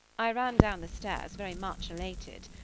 i ran down the stairs, very much elated.